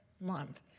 Month